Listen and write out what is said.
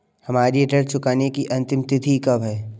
हमारी ऋण चुकाने की अंतिम तिथि कब है?